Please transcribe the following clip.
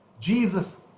Jesus